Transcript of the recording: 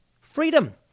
Freedom